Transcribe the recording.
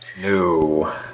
No